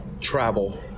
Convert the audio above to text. travel